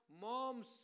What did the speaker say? mom's